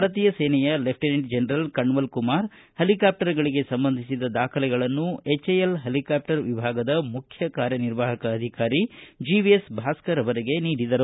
ಭಾರತೀಯ ಸೇನೆಯ lieutenant general ಕಣ್ಣಲ್ಕುಮಾರ್ ಹೆಲಿಕಾಪ್ಲರ್ಗಳಿಗೆ ಸಂಬಂಧಿಸಿದ ದಾಖಲೆಗಳನ್ನು ಎಚ್ಎಲ್ ಹೆಲಿಕಾಪ್ವರ್ ವಿಭಾಗದ ಮುಖ್ಯ ಕಾರ್ಯ ನಿರ್ವಾಹಕ ಅಧಿಕಾರಿ ಜೆವಿಎಸ್ ಭಾಸ್ಕರ್ ಅವರಿಗೆ ನೀಡಿದರು